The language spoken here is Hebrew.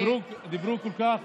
דיברו כל כך,